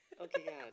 Okay